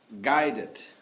guided